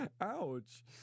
ouch